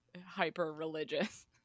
hyper-religious